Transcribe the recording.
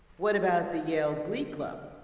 what about the yale glee club?